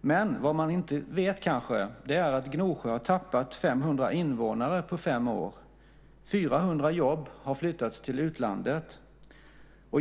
Men vad man kanske inte vet är att Gnosjö har tappat 500 invånare på fem år. 400 jobb har flyttats till utlandet.